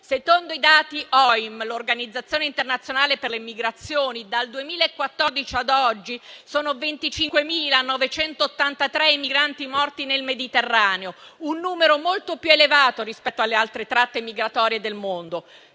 Secondo i dati dell'Organizzazione internazionale per le migrazioni (OIM), dal 2014 ad oggi sono 25.983 i migranti morti nel Mediterraneo, un numero molto più elevato rispetto alle altre tratte migratorie del mondo.